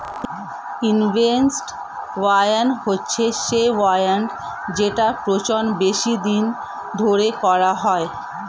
harvest wine হচ্ছে সেই wine জেটার পচন বেশি দিন ধরে করা হয়